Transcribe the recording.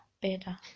better